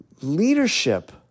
leadership